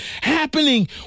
happening